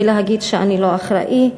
ולהגיד: אני לא אחראי,